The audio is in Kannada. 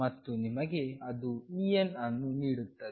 ಮತ್ತು ನಿಮಗೆ ಅದು En ಅನ್ನು ನೀಡುತ್ತದೆ